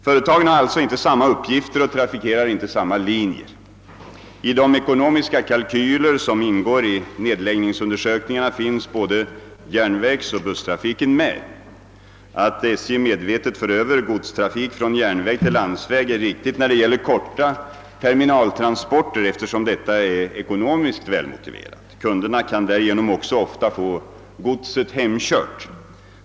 Företagen har alltså inte samma uppgifter och trafikerar heller inte samma linjer. I de ekonomiska kalkyler som ingår i nedläggningsundersökningarna finns både järnvägsoch busstrafiken med. Att SJ medvetet för över godstrafik från järnväg till landsväg är riktigt när det gäller korta terminaltransporter, eftersom detta är ekonomiskt välmotiverat. Kunderna kan därigenom också ofta få godset hemkört.